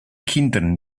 kindern